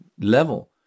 level